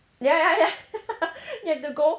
ya ya ya you have to go